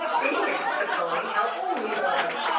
then he asked the pony how old he was.